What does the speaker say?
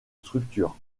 structures